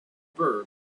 bird